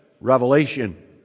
revelation